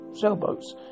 sailboats